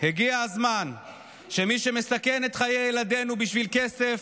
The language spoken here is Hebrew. הגיע הזמן שמי שמסכן את חיי ילדינו בשביל כסף,